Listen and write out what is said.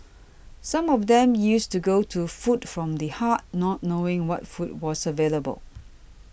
some of them used to go to Food from the Heart not knowing what food was available